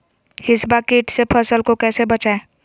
हिसबा किट से फसल को कैसे बचाए?